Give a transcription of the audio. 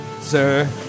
Sir